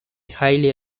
highly